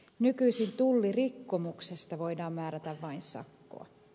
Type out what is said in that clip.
nykyisin tullirikkomuksesta voidaan määrätä vain sakkoa